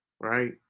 right